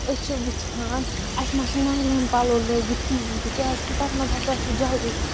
أسۍ چھِ وٕچھان اَسہِ ما چھِ نایلان پَلو لٲگِتھ کِہیٖنۍ تہِ کیٛازِکہِ تَتھ مَنٛز ہَسا چھُ جلدی